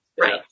Right